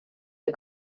der